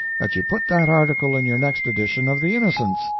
that you put that article in your next edition of the innocents,